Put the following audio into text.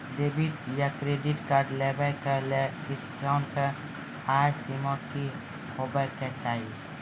Debit या credit card लेवाक लेल किसानक आय सीमा की हेवाक चाही?